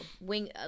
Wing